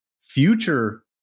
future